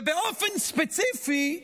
ובאופן ספציפי,